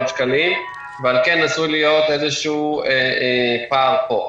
שקלים ועל כן עשוי להיות איזשהו פער פה.